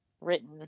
written